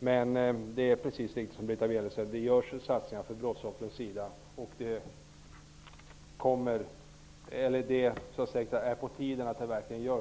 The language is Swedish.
Det är riktigt som Britta Bjelle säger, att det görs satsningar på brottsoffren. Det är på tiden att det verkligen görs.